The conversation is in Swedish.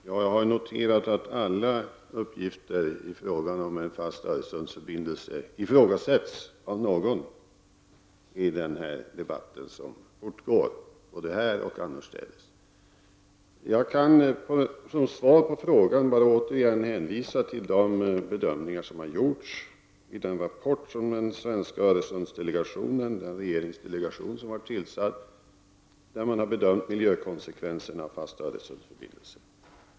Herr talman! Jag har noterat att alla uppgifter beträffande en fast Öresundsförbindelse ifrågasätts av någon i den här debatten, som fortgår både här och annorstädes. Som svar på frågan kan jag återigen bara hänvisa till de bedömningar som har gjorts i den rapport som den svenska Öresundsdelegationen, regeringsdelegationen, har framlagt när det gäller miljökonsekvenserna av en fast Öresundsförbindelse.